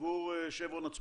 עבור 'שברון' עצמה.